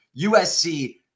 USC